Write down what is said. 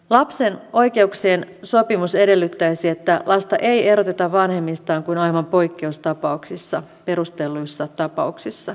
lapsen oikeuksien sopimus edellyttäisi että lasta ei eroteta vanhemmistaan kuin aivan poikkeustapauksissa perustelluissa tapauksissa